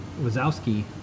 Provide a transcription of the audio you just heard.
Wazowski